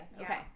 Okay